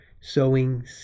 sowing